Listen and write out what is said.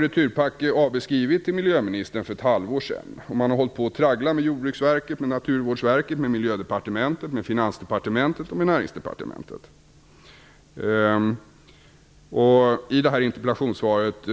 Returpack skrev till miljöministern för ett halvår sedan, och man har tragglat med Jordbruksverket, Naturvårdsverket, Miljödepartementet, Finansdepartementet och Näringsdepartementet. I interpellationssvaret